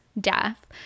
death